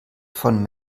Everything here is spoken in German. von